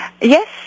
Yes